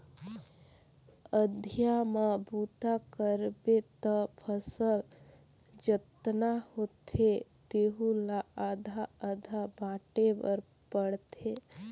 अधिया म बूता करबे त फसल जतना होथे तेहू ला आधा आधा बांटे बर पड़थे